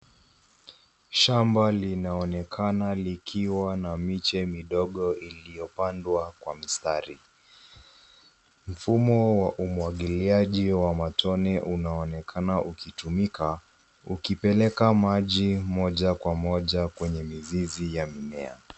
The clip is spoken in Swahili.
Shamba linaonekana likiwa na miche midogo iliyopandwa kwa mstari. Mfumo wa umwagiliaji wa matone unaonekana ukitumika ukipeleka maji moja kwa moja kwenye mizizi ya mimea.